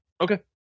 Okay